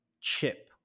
chip